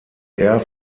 air